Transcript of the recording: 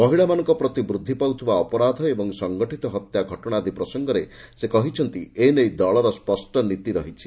ମହିଳାମାନଙ୍କ ପ୍ରତି ବୂଦ୍ଧି ପାଉଥିବା ଅପରାଧ ଓ ସଙ୍ଗଠିତ ହତ୍ୟା ଘଟଣା ଆଦି ପ୍ରସଙ୍ଗରେ ସେ କହିଛନ୍ତି ଏ ନେଇ ଦଳର ସ୍ୱଷ୍ ନୀତି ରହିଛି